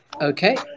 Okay